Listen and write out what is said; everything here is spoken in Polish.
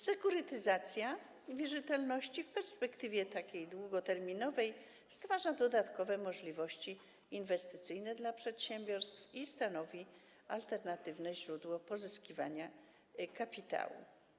Sekurytyzacja wierzytelności w perspektywie długoterminowej stwarza dodatkowe możliwości inwestycyjne dla przedsiębiorstw i stanowi alternatywne źródło pozyskiwania kapitału.